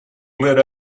lit